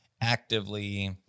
actively